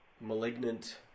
malignant